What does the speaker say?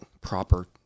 proper